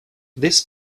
this